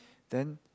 then